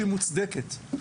שהיא מוצדקת,